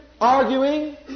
arguing